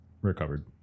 recovered